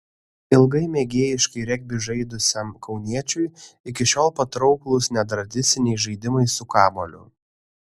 ilgai mėgėjiškai regbį žaidusiam kauniečiui iki šiol patrauklūs netradiciniai žaidimai su kamuoliu